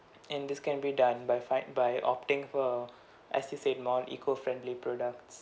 and this can be done by fi~ by opting for as you said more eco-friendly products